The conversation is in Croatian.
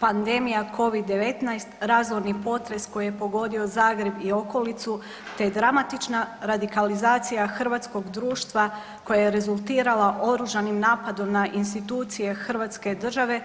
Pandemija covid-19, razorni potres koji je pogodio Zagreb i okolicu te dramatična radikalizacija hrvatskog društva koja je rezultirala oružanim napadom na institucije Hrvatske države